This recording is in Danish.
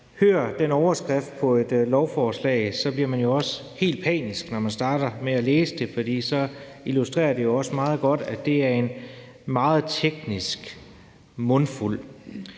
hører den overskrift på et lovforslag, bliver man helt panisk, når man starter med at læse det, for så illustrerer det jo meget godt, at det er en meget teknisk mundfuld.